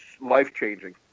life-changing